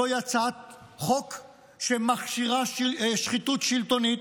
זוהי הצעת חוק שמכשירה שחיתות שלטונית,